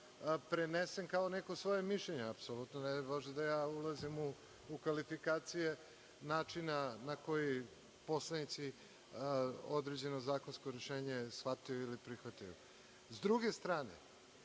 prenesem kao neko svoje mišljenje. Apsolutno, ne daj Bože, da ja ulazim u kvalifikacije načina na koji poslanici određeno zakonsko rešenje shvataju ili prihvataju.S druge strane,